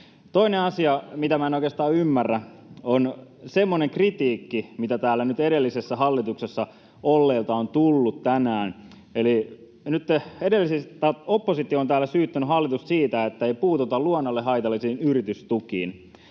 Toinen asia, mitä minä en oikeastaan ymmärrä, on semmoinen kritiikki, mitä täällä nyt edellisessä hallituksessa olleilta on tullut tänään. Eli nytten oppositio on täällä syyttänyt hallitusta siitä, että ei puututa luonnolle haitallisiin yritystukiin,